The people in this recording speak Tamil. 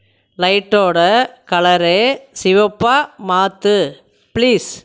லைட்டோடய கலரை சிவப்பாக மாற்று பிளீஸ்